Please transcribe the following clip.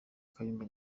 kayumba